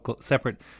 separate